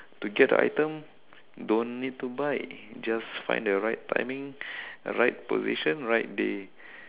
to get the item don't need to buy just find the right timing right position right day